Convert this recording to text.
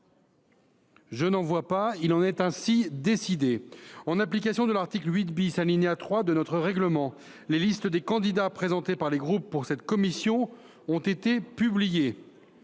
d’opposition ?… Il en est ainsi décidé. En application de l’article 8, alinéa 3, de notre règlement, les listes des candidats présentés par les groupes pour cette commission ont été publiées.